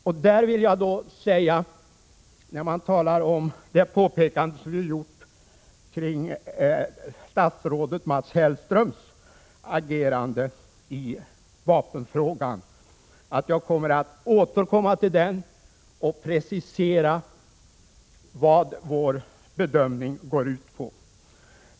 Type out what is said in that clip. När det gäller de påpekanden som vi har gjort om statsrådet Mats Hellströms agerande i vapenfrågan vill jag säga att jag återkommer till dem för att precisera vad vår bedömning går ut på.